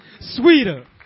sweeter